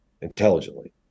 intelligently